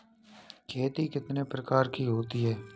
खेती कितने प्रकार की होती है?